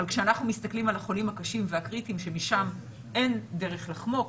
אבל כשאנחנו מסתכלים על החולים הקשים והקריטיים שמשם אין דרך לחמוק,